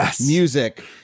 music